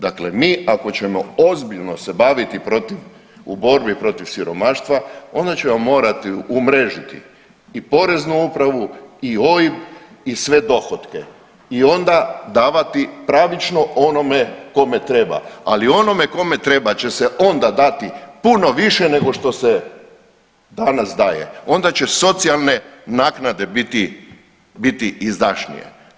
Dakle, mi ako ćemo ozbiljno se baviti protiv, u borbi protiv siromaštva onda ćemo morati umrežiti i poreznu upravu i OIB i sve dohotke i onda davati pravično onome kome treba, ali onome kome treba će se onda dati puno više nego što se danas daje, onda će socijalne naknade biti, biti izdašnije.